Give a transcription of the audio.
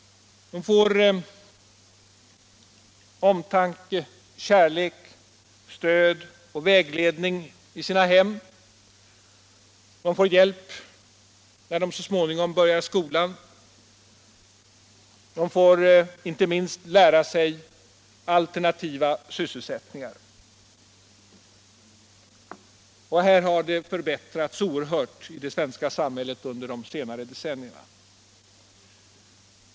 De får omtanke, kärlek, stöd och vägledning i sina hem. De får hjälp när de så småningom börjar skolan. De får inte minst lära sig alternativa sysselsättningar. Här har förhållandena förbättrats oerhört i det svenska samhället under de senare decennierna.